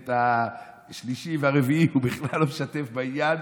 ואת השלישי והרביעי הוא בכלל לא משתף בעניין.